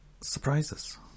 surprises